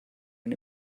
and